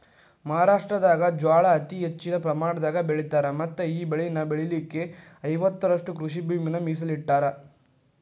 ಮಹಾರಾಷ್ಟ್ರದಾಗ ಜ್ವಾಳಾ ಅತಿ ಹೆಚ್ಚಿನ ಪ್ರಮಾಣದಾಗ ಬೆಳಿತಾರ ಮತ್ತಈ ಬೆಳೆನ ಬೆಳಿಲಿಕ ಐವತ್ತುರಷ್ಟು ಕೃಷಿಭೂಮಿನ ಮೇಸಲಿಟ್ಟರಾ